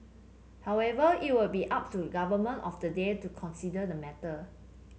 however it will be up to government of the day to consider the matter